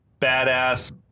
badass